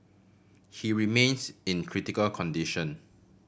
he remains in critical condition